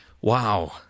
Wow